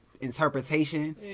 interpretation